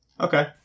Okay